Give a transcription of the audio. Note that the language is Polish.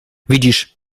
widzisz